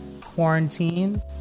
Quarantine